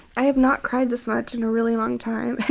i have not cried this much in a really long time.